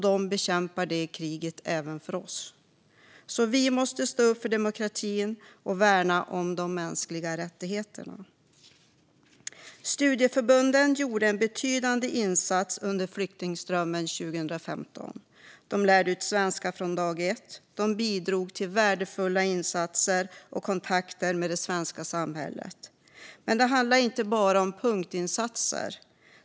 De utkämpar det kriget även för oss, så vi måste stå upp för demokratin och värna de mänskliga rättigheterna. Studieförbunden gjorde en betydande insats under flyktingströmmen 2015. De lärde ut svenska från dag ett och bidrog med en värdefull första kontakt med det svenska samhället. Men det handlar inte bara om punktinsatser.